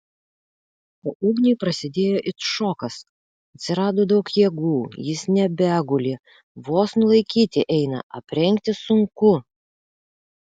o ugniui prasidėjo it šokas atsirado daug jėgų jis nebeguli vos nulaikyti eina aprengti sunku